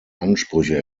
ansprüche